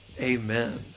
Amen